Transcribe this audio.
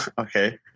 Okay